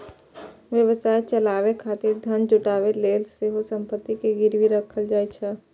व्यवसाय चलाबै खातिर धन जुटाबै लेल सेहो संपत्ति कें गिरवी राखल जाइ छै